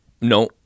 no